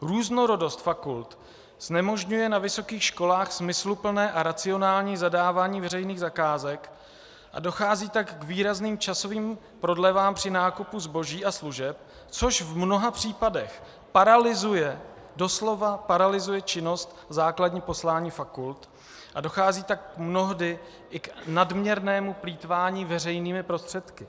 Různorodost fakult znemožňuje na vysokých školách smysluplné a racionální zadávání veřejných zakázek, a dochází tak k výrazným časovým prodlevám při nákupu zboží a služeb, což v mnoha případech paralyzuje, doslova paralyzuje činnost a základní poslání fakult, a dochází tak mnohdy i k nadměrnému plýtvání veřejnými prostředky.